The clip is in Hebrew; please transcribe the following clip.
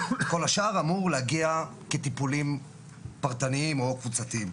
כל השאר אמור להגיע כטיפולים פרטניים או קבוצתיים.